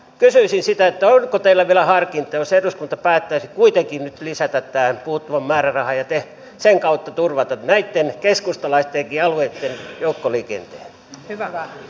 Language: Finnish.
kysyisin sitä onko teillä vielä harkintaa jos eduskunta päättäisi kuitenkin nyt lisätä tämän puuttuvan määrärahan ja sen kautta turvata näitten keskustalaistenkin alueitten joukkoliikenteen